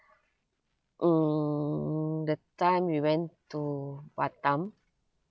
mm the time we went to batam